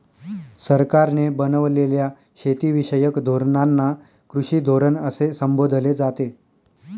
सरकारने बनवलेल्या शेतीविषयक धोरणांना कृषी धोरण असे संबोधले जाते